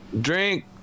Drink